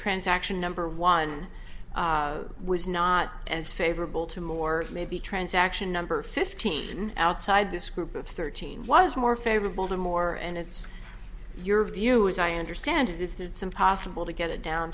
transaction number one was not as favorable tomorrow or maybe transaction number fifteen outside this group of thirteen was more favorable than more and it's your view as i understand it is that it's impossible to get it down